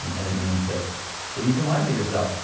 and it means that that you can laugh at yourself.